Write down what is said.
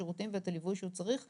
השירותים והליווי שהוא צריך בקהילה,